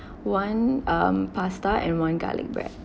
one um pasta and one garlic bread